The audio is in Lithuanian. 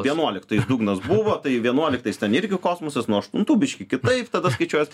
vienuoliktais dugnas buvo vienuoliktais ten irgi kosmosas nuo aštuntų biškį kitaip tada skaičiuojas